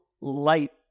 light